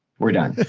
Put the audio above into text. we're done.